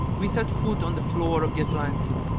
we set foot on the floor of the atlantic,